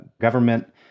government